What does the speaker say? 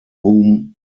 whom